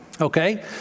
Okay